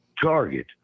Target